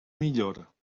millor